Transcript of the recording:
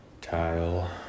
Tile